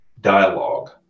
dialogue